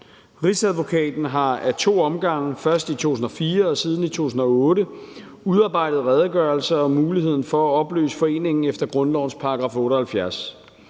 Rigsadvokaten har af to omgange, først i 2004 og siden i 2008, udarbejdet redegørelser om muligheden for at opløse foreningen efter grundlovens § 78.